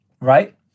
right